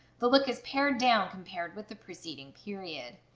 the look is pared down compared with the preceding period,